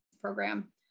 program